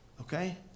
Okay